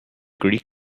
greek